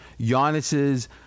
Giannis's